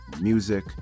music